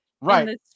Right